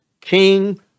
King